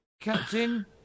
Captain